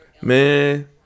man